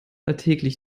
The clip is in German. alltäglich